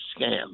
scam